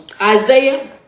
Isaiah